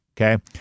Okay